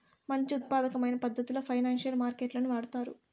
మంచి ఉత్పాదకమైన పద్ధతిలో ఫైనాన్సియల్ మార్కెట్ లను వాడుతారు